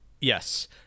Yes